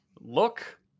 look